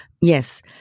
Yes